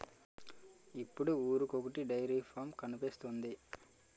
ఇప్పుడు ఊరికొకొటి dairy farm కనిపిస్తోంది